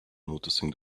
noticing